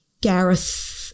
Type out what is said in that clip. Gareth